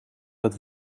dat